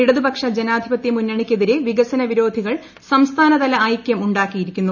ഇടതുപക്ഷ ജനാധിപത്യ മുന്നണിക്കെതിരെ വികസന വിരോധികൾ സംസ്ഥാനതല ഐക്യം ഉണ്ടാക്കിയിരിക്കുന്നു